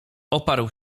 oparł